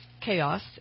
chaos